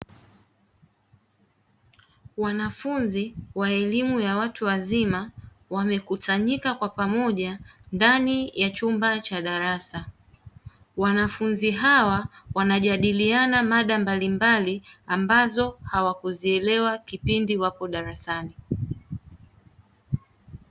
Wanafunzi wa elimu ya watu wazima wamekusanyika kwa pamoja ndani ya chumba cha darasa wanafunzi hawa wanajadiliana mada mbalimbali ambazo hawakuzielewa kipindi wapo darasani.